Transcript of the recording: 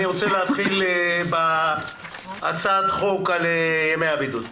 אני רוצה להתחיל בהצעת חוק על ימי הבידוד.